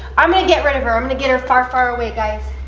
i'm gonna get rid of her. i'm gonna get her far, far away, guys.